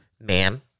Ma'am